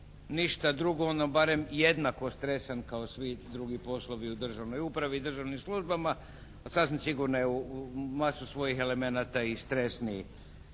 ništa drugo ono barem jednako stresan kao svi drugi poslovi u državnoj upravi i državnim službama. A sasvim sigurno je u masu svojih elemenata i stresniji